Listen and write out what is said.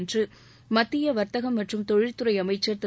என்று மத்திய வர்த்தக மற்றும் தொழில்துறை அமைச்சர் திரு